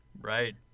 Right